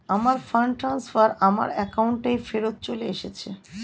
আমার fund transfer আমার অ্যাকাউন্টেই ফেরত চলে এসেছে